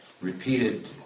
repeated